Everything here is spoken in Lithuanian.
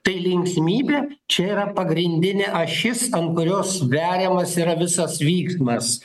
tai linksmybė čia yra pagrindinė ašis ant kurios veriamas yra visas vyksmas